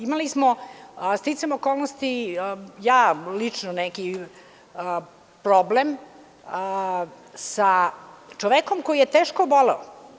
Imali smo, sticajem okolnosti, lično ja, neki problem sa čovekom koji je teško oboleo.